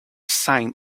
sign